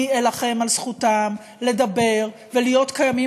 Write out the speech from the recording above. אני אלחם על זכותם לדבר ולהיות קיימים